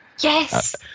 Yes